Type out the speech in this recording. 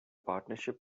partnership